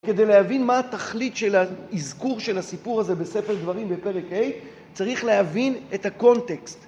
כדי להבין מה התכלית של האזכור של הסיפור הזה בספר דברים בפרק ה' צריך להבין את הקונטקסט.